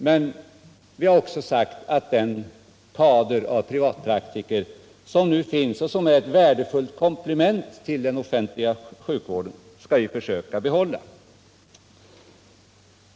Men vi har också sagt att vi skall försöka behålla den kader av privatpraktiker som nu finns och som är ett värdefullt komplement till den offentliga sjukvården.